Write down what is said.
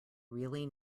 really